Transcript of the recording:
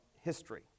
history